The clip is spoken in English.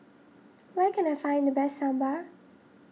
where can I find the best Sambar